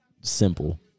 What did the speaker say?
simple